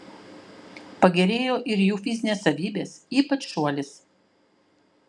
pagerėjo ir jų fizinės savybės ypač šuolis